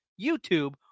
YouTube